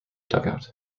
dugout